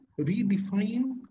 redefine